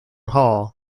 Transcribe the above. hall